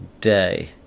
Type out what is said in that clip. day